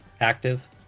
active